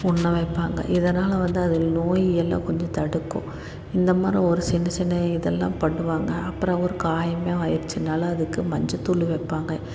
உண்ண வைப்பாங்க இதனால் வந்து அது நோய் எல்லாம் கொஞ்சம் தடுக்கும் இந்த மாதிரி ஒரு சின்ன சின்ன இதெல்லாம் பண்ணுவாங்க அப்புறம் ஒரு காயமே ஆயிடுச்சுனாலும் அதுக்கு மஞ்சள் தூள் வைப்பாங்க